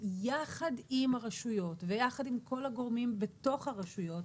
יחד עם הרשויות ויחד עם כל הגורמים בתוך הרשויות,